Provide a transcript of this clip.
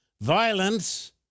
violence